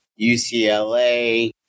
UCLA